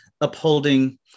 upholding